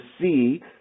see